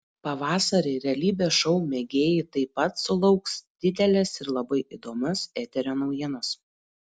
pavasarį realybės šou mėgėjai taip pat sulauks didelės ir labai įdomios eterio naujienos